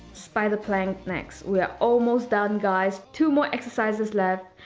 spider plank next, we're almost done guys! two more exercises left.